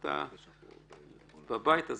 אתה בבית הזה,